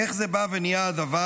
איך זה בא ונהיה הדבר,